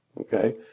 Okay